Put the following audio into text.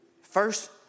First